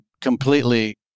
completely